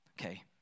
okay